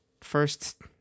first